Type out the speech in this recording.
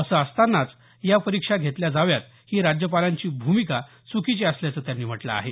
असं असताना या परीक्षा घेतल्या जाव्यात ही राज्यपालांची भूमिका चुकीची असल्याचं त्यांनी म्हटलं आहे